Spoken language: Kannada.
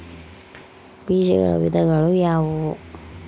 ಬೇಜಗಳ ವಿಧಗಳು ಯಾವುವು?